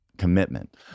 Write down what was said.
commitment